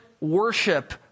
worship